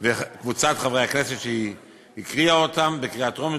וקבוצת חברי הכנסת בקריאה טרומית,